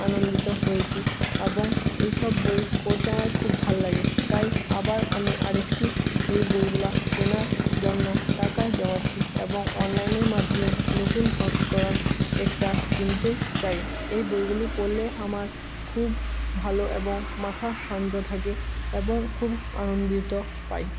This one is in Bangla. আনন্দিত হয়েচি এবং এই সব বই পড়তে আমার খুব ভাল লাগে তাই আবার আমি আরেকটি এই বইগুলো কেনার জন্য টাকা জমাচ্ছি এবং অনলাইনের মাধ্যমে নতুন সংস্করণ একটা কিনতে চাই এই বইগুলি পড়লে আমার খুব ভালো এবং মাথা শান্ত থাকে এবং খুব আনন্দ পাই